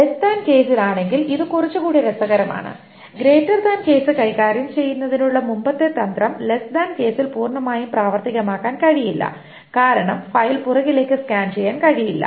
less than കേസിൽ ആണെങ്കിൽ ഇത് കുറച്ചുകൂടി രസകരമാണ് ഗ്രെയ്റ്റർ താൻ കേസ് കൈകാര്യം ചെയ്യുന്നതിനുള്ള മുമ്പത്തെ തന്ത്രം ലെസ്സ് താൻ കേസിൽ പൂർണ്ണമായും പ്രാവർത്തികമാക്കാൻ കഴിയില്ല കാരണം ഫയൽ പുറകിലേക്ക് സ്കാൻ ചെയ്യാൻ കഴിയില്ല